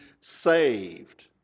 saved